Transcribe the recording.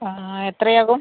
ആ എത്രയാകും